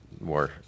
more